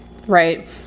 Right